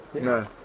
No